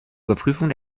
überprüfung